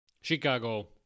Chicago